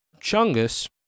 Chungus